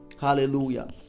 Hallelujah